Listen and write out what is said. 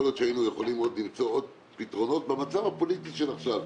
יכול להיות שהיינו יכולים למצוא עוד פתרונות במצב הפוליטי עכשיו,